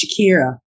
Shakira